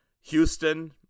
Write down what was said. Houston